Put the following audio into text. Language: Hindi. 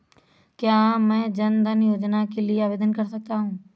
क्या मैं जन धन योजना के लिए आवेदन कर सकता हूँ?